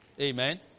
Amen